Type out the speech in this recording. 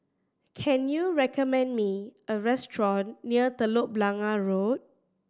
can you recommend me a restaurant near Telok Blangah Road